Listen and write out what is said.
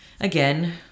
again